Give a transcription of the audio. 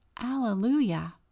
Alleluia